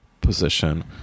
position